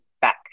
back